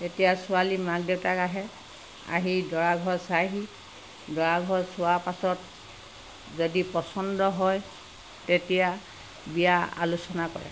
তেতিয়া ছোৱালীৰ মাক দেউতাক আহে আহি দৰা ঘৰ চায়হি দৰাঘৰ চোৱাৰ পাছত যদি পচন্দ হয় তেতিয়া বিয়াৰ আলোচনা কৰে